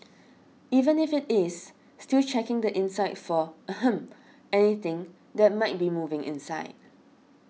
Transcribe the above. even if it is still check the inside for ahem anything that might be moving inside